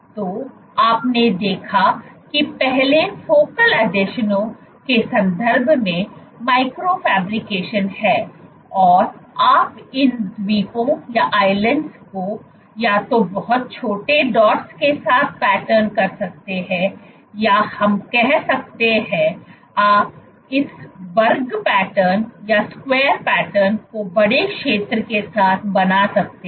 तो आपने देखा है कि पहले फोकल आसंजनों के संदर्भ में माइक्रो फैब्रिकेशन है और आप इन द्वीपों को या तो बहुत छोटे डॉट्स के साथ पैटर्न कर सकते हैं या हम कह सकते हैं आप इस वर्ग पैटर्न को बड़े क्षेत्र के साथ बना सकते हैं